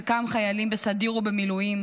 חלקם חיילים בסדיר ובמילואים,